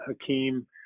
Hakeem